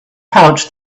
pouch